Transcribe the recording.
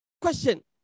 question